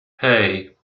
hey